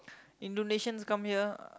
Indonesians come here